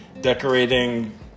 Decorating